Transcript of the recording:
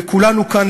וכולנו כאן,